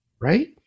right